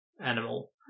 animal